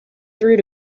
through